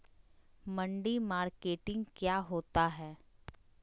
मंडी मार्केटिंग क्या होता है?